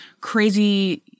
crazy